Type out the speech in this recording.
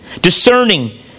discerning